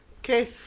okay